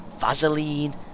Vaseline